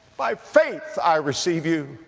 by faith, i receive you.